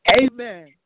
Amen